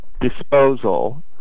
Disposal